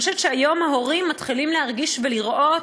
אני חושבת שהיום ההורים מתחילים להרגיש ולראות